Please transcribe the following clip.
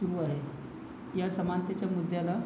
सुरू आहे या समानतेच्या मुद्द्याला